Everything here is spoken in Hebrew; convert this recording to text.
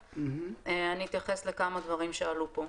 אני אתייחס לכמה דברים שעלו כאן.